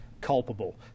culpable